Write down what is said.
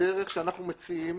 שהדרך שאנחנו מציעים